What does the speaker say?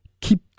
keep